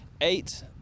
eight